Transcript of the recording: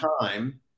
time